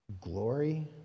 glory